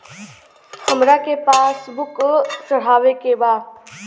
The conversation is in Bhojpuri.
हमरा के पास बुक चढ़ावे के बा?